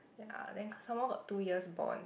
ya then some more got two years bond